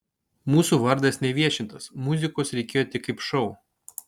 mūsų vardas neviešintas muzikos reikėjo tik kaip šou